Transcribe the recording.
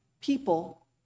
people